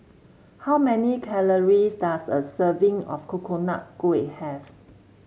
how many calories does a serving of Coconut Kuih have